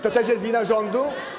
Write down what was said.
To też jest wina rządu?